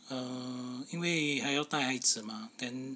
err 因为还要带孩子 mah then